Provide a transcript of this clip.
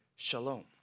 Shalom